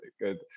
Good